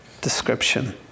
description